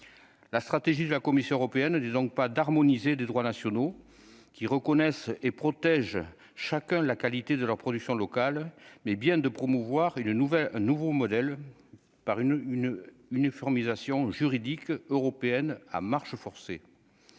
la stratégie de la Commission européenne, disons pas d'harmoniser des droits nationaux qui reconnaissent et protègent chacun la qualité de leur production locale mais bien de promouvoir une nouvelle, nouveau modèle par une une uniformisation juridique européenne à marche forcée,